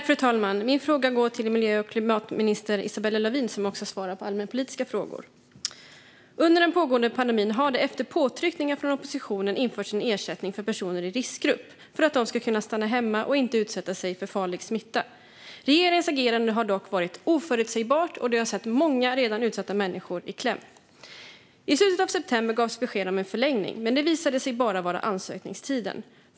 Fru talman! Min fråga går till miljö och klimatminister Isabella Lövin, som också svarar på allmänpolitiska frågor. Under den pågående pandemin har det efter påtryckningar från oppositionen införts en ersättning för personer i riskgrupper för att de ska kunna stanna hemma och inte utsätta sig för farlig smitta. Regeringens agerande har dock varit oförutsägbart, och det har satt många redan utsatta människor i kläm. I slutet av september gavs besked om en förlängning, men det visade sig bara gälla ansökningstiden.